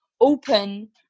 open